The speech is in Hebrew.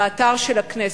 באתר של הכנסת,